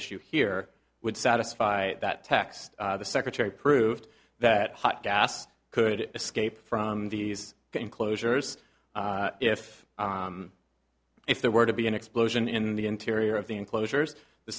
issue here would satisfy that text the secretary proved that hot gas could escape from these enclosures if if there were to be an explosion in the interior of the enclosures the